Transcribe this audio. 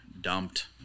dumped